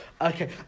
Okay